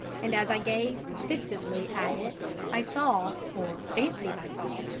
and as i gazed fixedly at it i saw, or fancied i saw,